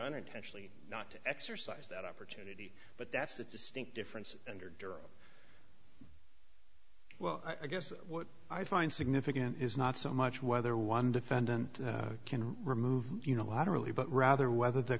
unintentionally not to exercise that opportunity but that's a distinct difference under duress well i guess what i find significant is not so much whether one defendant can remove you know how to really but rather whether the